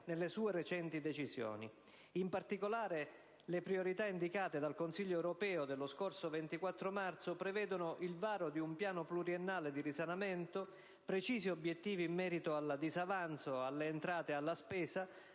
nelle sue recenti decisioni. In particolare, le priorità indicate dal Consiglio europeo dello scorso 24 marzo prevedono il varo di un piano pluriennale di risanamento, precisi obiettivi in merito al disavanzo, alle entrate e alla spesa,